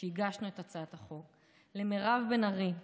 שהגשנו את הצעת החוק, מירב בן ארי,